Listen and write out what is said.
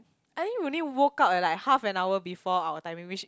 I think we only woke up at like half an hour before our timing which